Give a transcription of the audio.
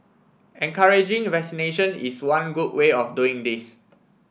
encouraging vaccination is one good way of doing this